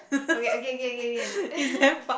okay okay okay okay